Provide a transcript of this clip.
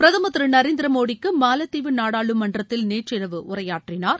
பிரதமர் திரு நரேந்திர மோடிக்கு மாலத்தீவு நாடாளுமன்றத்தில் நேற்றிரவு உரையாற்றினா்